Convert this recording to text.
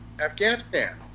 Afghanistan